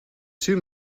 two